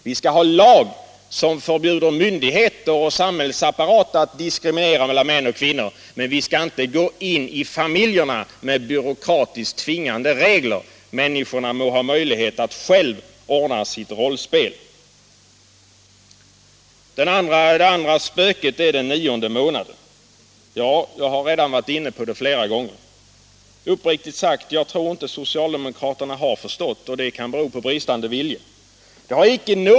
Vi skall ha lagar som förbjuder myndigheterna och samhällsapparaten att diskriminera mellan män och kvinnor, men vi skall inte gå in i familjerna med byråkratiskt tvingande regler. Människorna må ha möjlighet att själva ordna sitt rollspel. Det andra spöket är den nionde månaden. Jag har redan varit inne på den flera gånger. Uppriktigt sagt: Jag tror inte att socialdemokraterna har förstått, och det kan bero på bristande vilja.